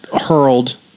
hurled